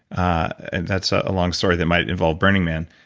and that's ah a long story that might involve burning man,